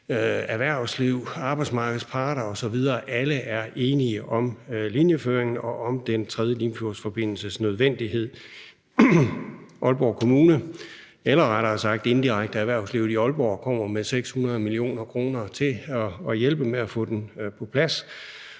erhvervsliv, arbejdsmarkedets parter osv. er alle enige om linjeføringen og om den 3. Limfjordsforbindelses nødvendighed. Aalborg Kommune, eller rettere sagt indirekte erhvervslivet i Aalborg, kommer med 600 mio. kr. til at hjælpe med at få den på plads,